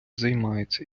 займається